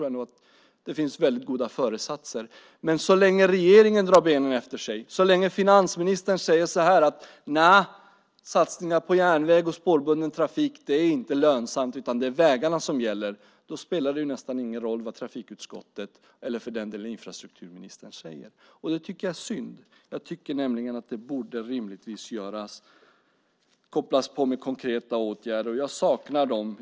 Jag tror att det finns väldigt goda föresatser, men så länge regeringen drar benen efter sig och så länge finansministern säger att satsningar på järnväg och spårbunden trafiken inte är lönsamt utan att det är vägarna som gäller spelar det nästan ingen roll vad trafikutskottet, eller för den delen infrastrukturministern, säger. Jag tycker att det är synd. Jag tycker nämligen att det borde vidtas konkreta åtgärder. Jag saknar dem.